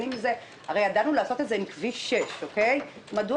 הרי ידענו לעשות את זה עם כביש 6. מדוע